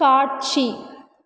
காட்சி